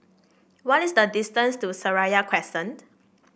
what is the distance to Seraya Crescent